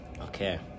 okay